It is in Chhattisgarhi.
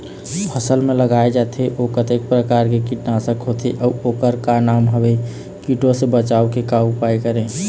फसल म लगाए जाथे ओ कतेक प्रकार के कीट नासक होथे अउ ओकर का नाम हवे? कीटों से बचाव के का उपाय करें?